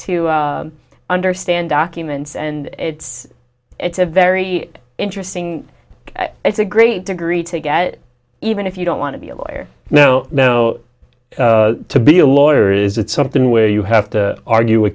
to understand documents and it's it's a very interesting it's a great degree to get even if you don't want to be a lawyer now to be a lawyer is that something where you have to argue